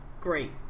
great